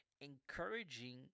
encouraging